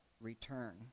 return